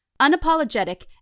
unapologetic